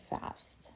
fast